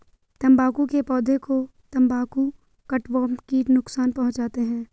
तंबाकू के पौधे को तंबाकू कटवर्म कीट नुकसान पहुंचाते हैं